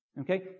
Okay